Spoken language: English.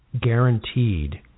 guaranteed